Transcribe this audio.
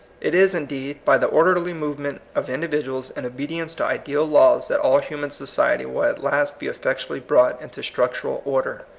it is, indeed, by the orderly movement of individuals in obedience to ideal laws that all human society will at last be effectually brought into structural order.